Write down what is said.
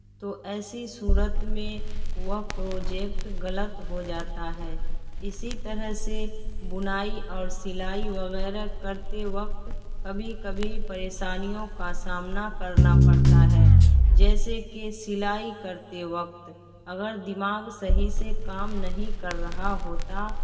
تو ایسی صورت میں وہ پروجیکٹ غلط ہو جاتا ہے اسی طرح سے بنائی اور سلائی وغیرہ کرتے وقت کبھی کبھی پریشانیوں کا سامنا کرنا پڑتا ہے جیسے کہ سلائی کرتے وقت اگر دماغ صحیح سے کام نہیں کر رہا ہوتا